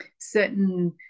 certain